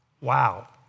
Wow